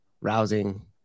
rousing